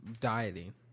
dieting